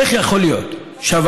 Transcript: איך יכול להיות שהוותמ"ל,